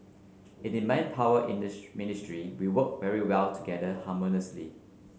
in the Manpower in this Ministry we work very well together harmoniously